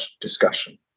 discussion